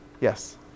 Yes